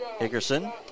Hickerson